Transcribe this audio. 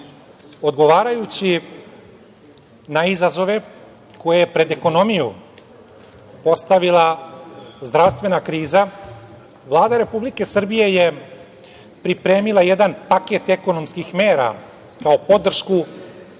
stanovništva. Odgovarajući na izazove koje je pred ekonomiju postavila zdravstvena kriza, Vlada Republike Srbije je pripremila jedan paket ekonomskih mera kao podršku